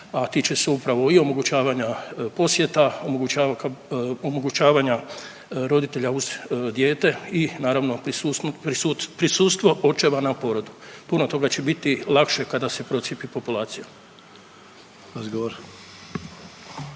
a tiče se upravo i omogućavanja posjeta, omogućavanja roditelja uz dijete i naravno prisustvo očeva na porodu. Puno toga će biti lakše kada se procijepi populacija.